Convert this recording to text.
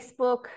Facebook